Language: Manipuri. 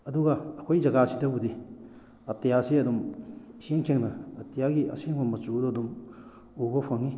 ꯑꯗꯨꯒ ꯑꯩꯈꯣꯏ ꯖꯒꯥꯁꯤꯗꯕꯨꯗꯤ ꯑꯇꯤꯌꯥꯁꯤ ꯑꯗꯨꯝ ꯏꯁꯦꯡ ꯁꯦꯡꯅ ꯑꯇꯤꯌꯥꯒꯤ ꯑꯁꯦꯡꯕ ꯃꯆꯨꯗꯣ ꯑꯗꯨꯝ ꯎꯕ ꯐꯪꯏ